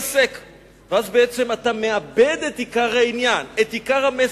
אז בעצם אתה מאבד את עיקר העניין, את עיקר המסר.